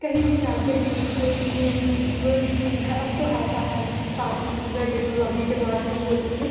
कहीं भी जाते हैं कि कोई भी कोई भी चीज है अब तो हर सारी चीज़ें जो है टेक्नोलॉजी के द्वारा ही होती हैं